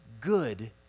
good